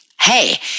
hey